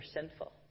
sinful